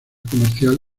comercial